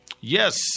Yes